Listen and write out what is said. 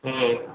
হুম